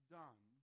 done